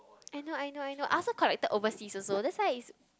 I know I know I know I also collected overseas also that's why is